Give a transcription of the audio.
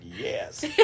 Yes